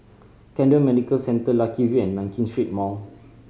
Camden Medical Centre Lucky View and Nankin Street Mall